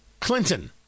Clinton